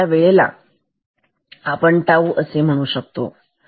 तर हा वेळ आहे आपण याला टाऊ τ म्हणू शकतो